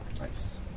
Nice